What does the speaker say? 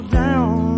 down